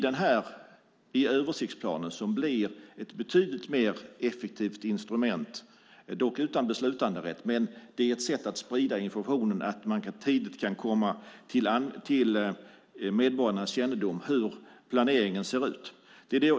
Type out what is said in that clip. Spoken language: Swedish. Denna översiktsplan blir ett betydligt mer effektivt instrument, dock utan beslutanderätt. Det är ett sätt att sprida informationen, att det tidigt kan komma till medborgarnas kännedom hur planeringen ser ut.